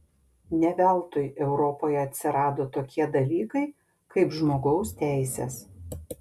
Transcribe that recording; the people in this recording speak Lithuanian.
ne veltui europoje atsirado tokie dalykai kaip žmogaus teisės